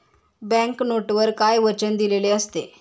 Bank नोटवर काय वचन दिलेले असते?